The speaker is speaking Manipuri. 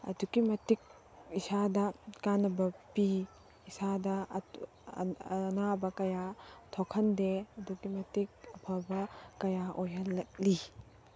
ꯑꯗꯨꯛꯀꯤ ꯃꯇꯤꯛ ꯏꯁꯥꯗ ꯀꯥꯟꯅꯕ ꯄꯤ ꯏꯁꯥꯗ ꯑꯅꯥꯕ ꯀꯌꯥ ꯊꯣꯛꯍꯟꯗꯦ ꯑꯗꯨꯛꯀꯤ ꯃꯇꯤꯛ ꯑꯐꯕ ꯀꯌꯥ ꯑꯣꯏꯍꯜꯂꯛꯂꯤ